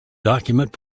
document